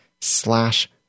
slash